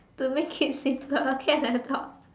to make it simple a cat and a dog